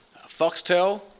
Foxtel